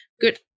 good